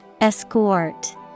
escort